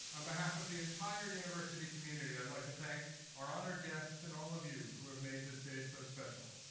on behalf of the entire university community i'd like to thank our honored guests and all of you who have made this day so special.